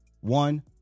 One